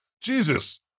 Jesus